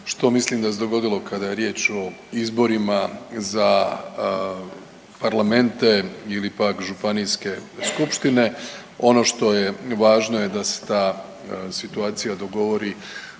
što mislim da se dogodilo kada je riječ o izborima za parlamente ili pak županijske skupštine. Ono što je važno je da se ta situacija dogovori